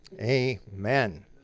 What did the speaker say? Amen